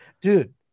dude